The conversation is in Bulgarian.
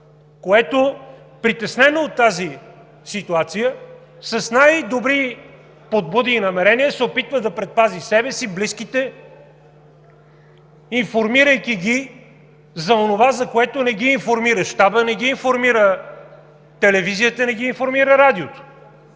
което, притеснено от тази ситуация, с най-добри подбуди и намерения се опитва да предпази себе си, близките, информирайки ги за онова, за което не ги информира Щабът, не ги информира телевизията, не ги информира радиото.